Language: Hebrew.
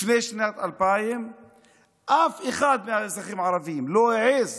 לפני שנת 2000 אף אחד מהאזרחים הערבים לא העז